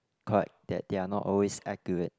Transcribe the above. correct that they are not always act to it